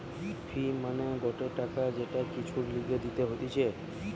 ফি মানে গটে টাকা যেটা কিছুর লিগে দিতে হতিছে